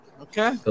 okay